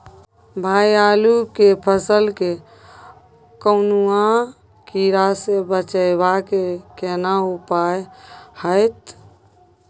भाई आलू के फसल के कौनुआ कीरा से बचाबै के केना उपाय हैयत?